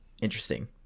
interesting